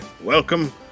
Welcome